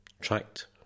tracked